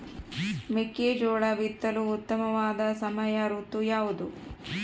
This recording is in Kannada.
ಮೆಕ್ಕೆಜೋಳ ಬಿತ್ತಲು ಉತ್ತಮವಾದ ಸಮಯ ಋತು ಯಾವುದು?